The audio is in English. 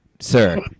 sir